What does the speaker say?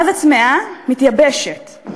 מה זה צמאה, מתייבשת.